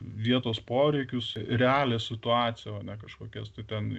vietos poreikius realią situaciją o ne kažkokias ten